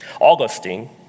Augustine